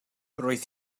roedd